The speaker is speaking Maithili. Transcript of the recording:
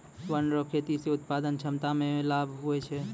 वन रो खेती से उत्पादन क्षमता मे लाभ हुवै छै